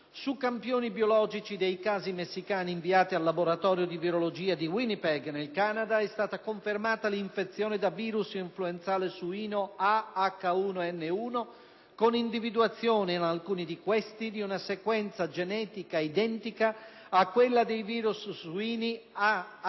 Su campioni biologici dei casi messicani inviati al laboratorio di virologia di Winnipeg (Canada) è stata confermata l'infezione da virus influenzale suino A/H1N1, con individuazione, in alcuni di questi, di una sequenza genetica identica a quella dei virus suini A/H1N1